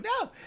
no